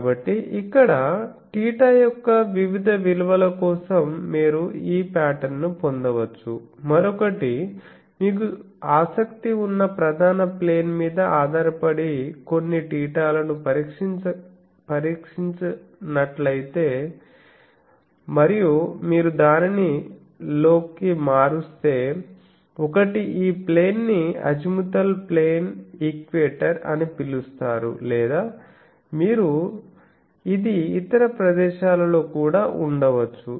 కాబట్టి ఇక్కడ θ యొక్క వివిధ విలువల కోసం మీరు ఈ పాటర్న్ ను పొందవచ్చు మరొకటి మీకు ఆసక్తి ఉన్న ప్రధాన ప్లేన్ మీద ఆధారపడి కొన్ని θ లను పరిష్కరించినట్లయితే మరియు మీరు దానిని లో మారుస్తే ఒకటి ఈ ప్లేన్ ని అజిముత్ ప్లేన్ ఈక్వెటర్ అని పిలుస్తారు లేదా మీరు ఇది ఇతర ప్రదేశాలలో కూడా ఉండవచ్చు